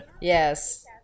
Yes